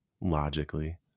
Logically